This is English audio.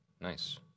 Nice